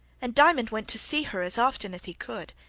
and diamond went to see her as often as he could.